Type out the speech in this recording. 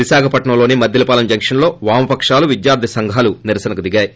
విశాఖలోని మద్దిలపాలెం జంక్షన్లో వామపకాలు విద్యార్థి సంఘాలు నిరసనకు దిగాయి